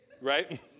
Right